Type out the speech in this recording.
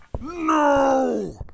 No